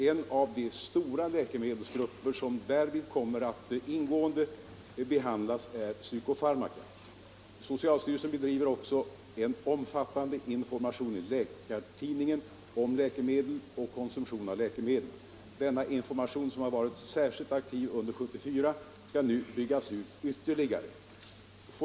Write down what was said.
En av de stora läkemedelsgrupper som därvid kommer att ingående behandlas är psykofarmaka. Socialstyrelsen bedriver också en omfattande information i Läkartidningen om läkemedel och om konsumtion av läkemedel. Denna information som har varit särskilt aktiv under 1974 skall nu byggas ut ytterligare.